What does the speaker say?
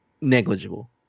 negligible